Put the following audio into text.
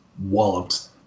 walloped